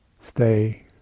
Stay